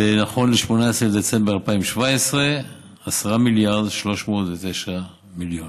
נכון ל-18 בדצמבר 2017, 10 מיליארד ו-309 מיליון.